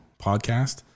Podcast